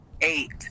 eight